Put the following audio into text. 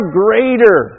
greater